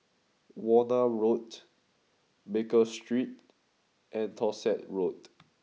Warna Road Baker Street and Dorset Road